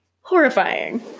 Horrifying